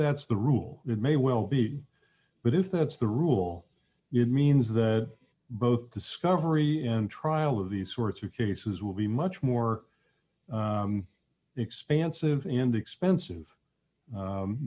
that's the rule it may well be but if that's the rule it means that both discovery and trial of these sorts of cases will be much more expansive and expensive